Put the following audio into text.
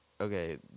okay